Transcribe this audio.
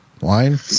Wine